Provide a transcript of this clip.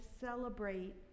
celebrate